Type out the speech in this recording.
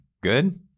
Good